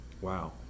Wow